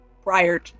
prior